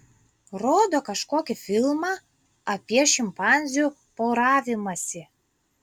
rodo kažkokį filmą apie šimpanzių poravimąsi